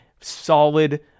Solid